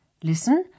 Listen